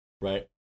right